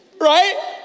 right